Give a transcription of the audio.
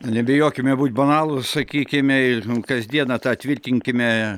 nebijokime būt banalūs sakykime ir kasdieną tą tvirtinkime